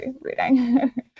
reading